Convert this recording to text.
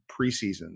preseason